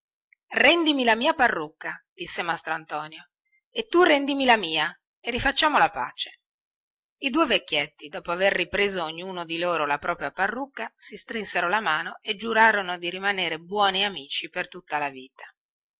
rendimi la mia parrucca gridò mastrantonio e tu rendimi la mia e rifacciamo la pace i due vecchietti dopo aver ripreso ognuno di loro la propria parrucca si strinsero la mano e giurarono di rimanere buoni amici per tutta la vita